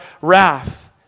wrath